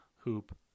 hoop